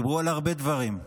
דיברו על הרבה דברים,